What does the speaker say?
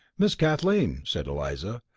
miss kathleen, said eliza,